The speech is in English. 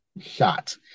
shot